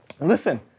listen